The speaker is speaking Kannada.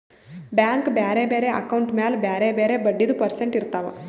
ಬ್ಯಾಂಕ್ ಬ್ಯಾರೆ ಬ್ಯಾರೆ ಅಕೌಂಟ್ ಮ್ಯಾಲ ಬ್ಯಾರೆ ಬ್ಯಾರೆ ಬಡ್ಡಿದು ಪರ್ಸೆಂಟ್ ಇರ್ತಾವ್